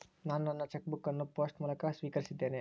ನಾನು ನನ್ನ cheque book ಅನ್ನು ಪೋಸ್ಟ್ ಮೂಲಕ ಸ್ವೀಕರಿಸಿದ್ದೇನೆ